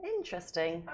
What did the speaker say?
Interesting